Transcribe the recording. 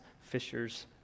fishers